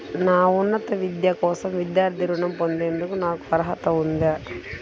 నా ఉన్నత విద్య కోసం విద్యార్థి రుణం పొందేందుకు నాకు అర్హత ఉందా?